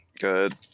good